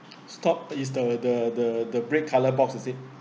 stock it's the the the the bread coloured box is it